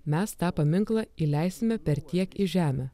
mes tą paminklą įleisime per tiek į žemę